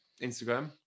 instagram